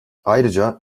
ayrıca